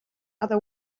other